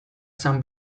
san